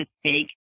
speak